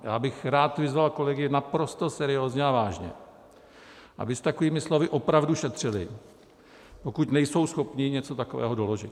Já bych rád vyzval kolegy naprosto seriózně a vážně, aby s takovými slovy opravdu šetřili, pokud nejsou schopni něco takového doložit.